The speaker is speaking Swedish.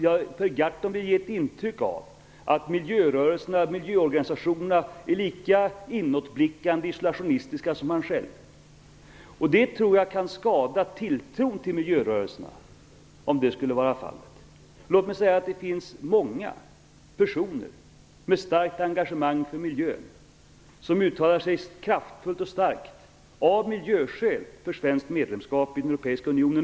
Per Gahrton vill ge ett intryck av att miljörörelserna och miljöorganisationerna är lika inåtblickande och isolationistiska som han själv. Jag tror att det kan skada tilltron till miljörörelserna om det skulle vara fallet. Det finns många personer med starkt engagemang för miljön som av miljöskäl kraftfullt och starkt uttalar sig för svenskt medlemskap i den europeiska unionen.